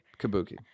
Kabuki